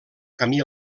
camí